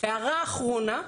הערה אחרונה.